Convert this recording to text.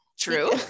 True